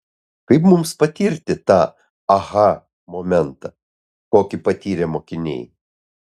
kaip mums patirti tą aha momentą kokį patyrė mokiniai